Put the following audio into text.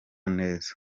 neza